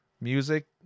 music